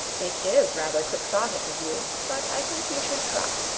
it is rather quixotic of you. but i think you should try.